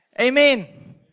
Amen